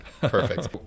Perfect